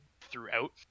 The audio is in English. throughout